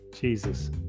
Jesus